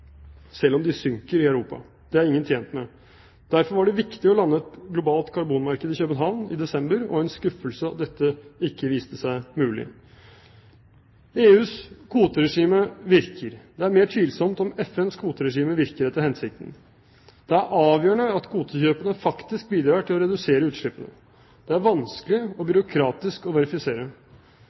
selv om de synker i Europa. Det er ingen tjent med. Derfor var det viktig å lande et globalt karbonmarked i København i desember, og en skuffelse at dette ikke viste seg mulig. EUs kvoteregime virker. Det er mer tvilsomt om FNs kvoteregime virker etter hensikten. Det er avgjørende at kvotekjøpene faktisk bidrar til å redusere utslippene. Det er vanskelig og byråkratisk å verifisere.